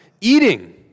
eating